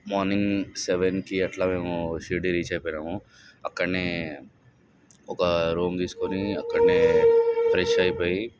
morning సెవెన్కి అట్లా మేము షిరిడీ రీచ్ అయిపోయినాము అక్కడ ఒక రూమ్ తీసుకొని అక్కడ ఫ్రెష్ అయిపోయి